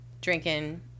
drinking